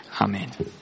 Amen